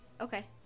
Okay